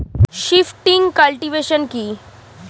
Shifting cultivation কি?